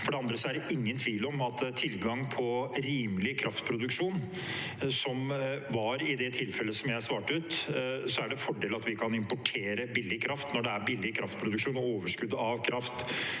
For det andre er det ingen tvil om at når det gjelder tilgang på rimelig kraftproduksjon, som det var i det tilfellet jeg svarte ut, er det en fordel at vi kan importere billig kraft når det er billig kraftproduksjon og overskudd av kraft.